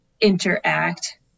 interact